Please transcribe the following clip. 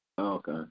Okay